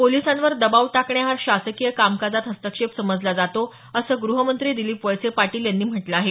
पोलिसांवर दबाव टाकणे हा शासकीय कामकाजात हस्तक्षेप समजला जातो असं ग्रहमंत्री दिलीप वळसे पाटील यांनी म्हटलं आहे